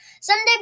Someday